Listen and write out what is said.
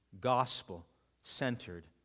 gospel-centered